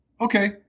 Okay